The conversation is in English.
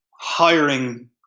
hiring